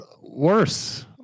worse